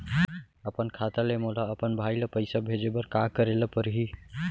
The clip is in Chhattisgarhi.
अपन खाता ले मोला अपन भाई ल पइसा भेजे बर का करे ल परही?